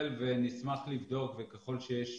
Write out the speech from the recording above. נשמח לבדוק וככל שיש